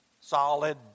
solid